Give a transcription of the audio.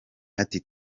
ati